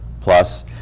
plus